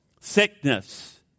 Sickness